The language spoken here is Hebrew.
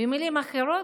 במילים אחרות,